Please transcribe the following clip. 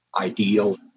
ideal